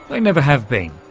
they never have been.